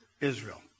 Israel